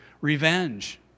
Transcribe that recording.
Revenge